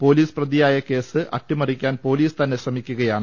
police പ്രതിയായ case അട്ടിമറി ക്കാൻ പൊലീസ് തന്നെ ശ്രമിക്കുകയാണ്